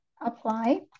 apply